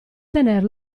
tener